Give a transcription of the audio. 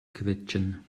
quetschen